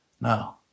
No